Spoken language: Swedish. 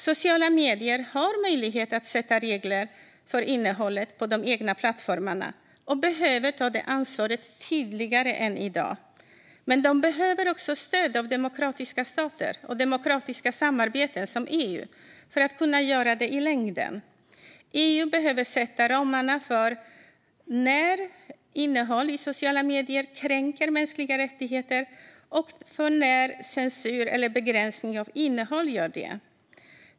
Sociala medier har möjlighet att sätta regler för innehållet på de egna plattformarna och behöver ta det ansvaret tydligare än i dag, men de behöver också stöd av demokratiska stater och demokratiska samarbeten som EU för att kunna göra det i längden. EU behöver sätta ramarna både för när innehåll i sociala medier kränker mänskliga rättigheter och för när censur eller begränsning av innehåll gör det.